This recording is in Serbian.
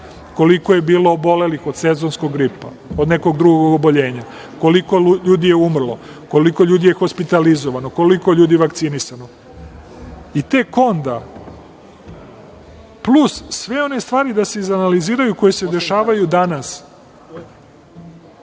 koliko je bilo obolelih od sezonskog gripa, od nekog drugog oboljenja, koliko je ljudi umrlo, koliko ljudi je hospitalizovano, koliko je ljudi vakcinisano, i tek onda, plus sve one stvari da se izanaliziraju koje se dešavaju danas.